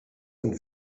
und